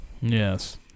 Yes